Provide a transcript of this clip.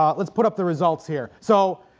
um let's put up the results here so